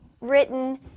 written